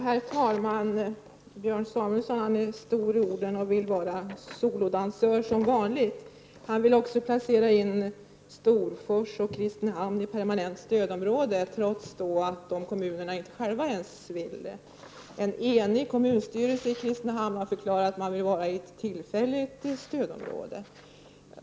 Herr talman! Björn Samuelson är stor i orden och vill vara solodansör som vanligt. Han vill också placera in Storfors och Kristinehamn i permanent stödområde, trots att kommunerna själva inte vill det. En enig kommunstyrelse i Kristinehamn har förklarat att man tillfälligt vill vara i sstödområdet.